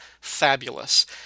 Fabulous